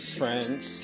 friends